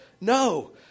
No